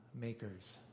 makers